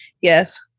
Yes